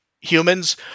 humans